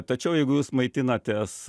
tačiau jeigu jūs maitinatės